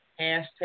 hashtag